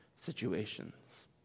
situations